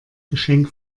geschenk